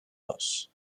dos